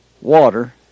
Water